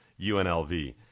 UNLV